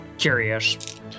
curious